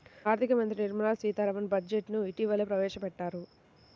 ఆర్ధిక మంత్రి నిర్మలా సీతారామన్ బడ్జెట్ ను ఇటీవలనే ప్రవేశపెట్టారు